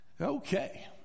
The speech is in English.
Okay